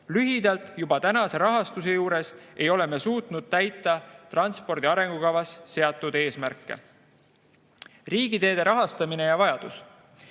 Lühidalt, juba tänase rahastuse juures ei ole me suutnud täita transpordi arengukavas seatud eesmärke. Riigiteede rahastamine ja vajadus.